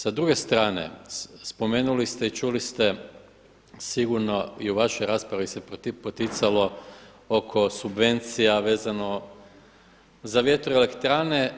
Sa druge strane spomenuli ste i čuli ste sigurno i u vašoj raspravi se poticalo oko subvencija vezano za vjetroelektrane.